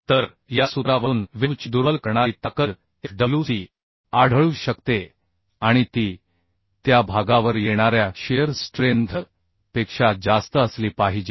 तर या सूत्रावरून वेव्ह ची दुर्बल करणारी ताकद Fwc आढळू शकते आणि ती त्या भागावर येणाऱ्या शिअर स्ट्रेंथ पेक्षा जास्त असली पाहिजे